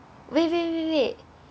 wait wait wait wait